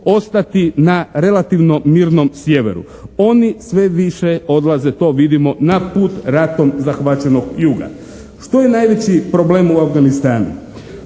ostati na relativno mirnom sjeveru. Oni sve više odlaze to vidimo na put ratom zahvaćenog juga. Što je najveći problem u Afganistanu?